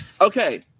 Okay